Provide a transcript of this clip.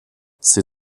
ses